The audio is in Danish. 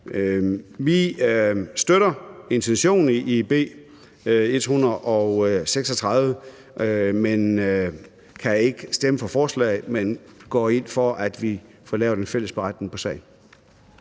Vi støtter intentionen i B 136, men vi kan ikke stemme for forslaget. Men vi går ind for, at vi får lavet en fælles beretning på sagen.